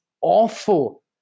awful